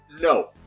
No